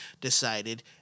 decided